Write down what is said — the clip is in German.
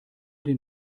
den